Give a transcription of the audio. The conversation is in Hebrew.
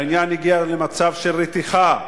העניין הגיע למצב של רתיחה.